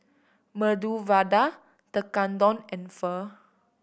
Medu Vada Tekkadon and Pho